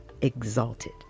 exalted